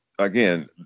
again